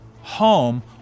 home